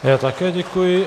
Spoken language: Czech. Já také děkuji.